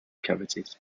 cavities